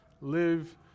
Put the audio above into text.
Live